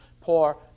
poor